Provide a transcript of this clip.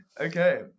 Okay